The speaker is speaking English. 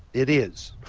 it is.